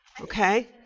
Okay